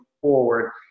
forward